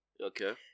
Okay